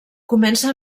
comença